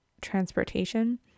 transportation